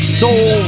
soul